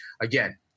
again